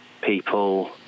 people